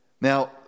Now